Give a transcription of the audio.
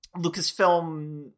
Lucasfilm